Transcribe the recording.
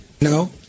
No